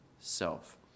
self